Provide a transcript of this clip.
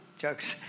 jokes